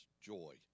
joy